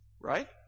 right